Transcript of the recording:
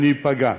אני אפגע.